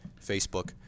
Facebook